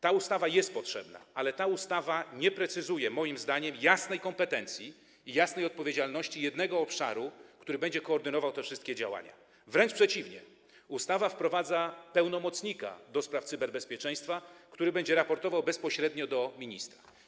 Ta ustawa jest potrzebna, ale ta ustawa nie precyzuje moim zdaniem jasnej kompetencji i jasnej odpowiedzialności jednego obszaru, który będzie koordynował te wszystkie działania, wręcz przeciwnie, ustawa wprowadza pełnomocnika ds. cyberbezpieczeństwa, który będzie raportował bezpośrednio do ministra.